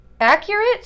Accurate